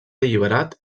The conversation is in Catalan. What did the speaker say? alliberat